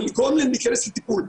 אבל לגרום להם להיכנס לטיפול.